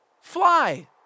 Fly